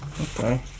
Okay